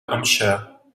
hampshire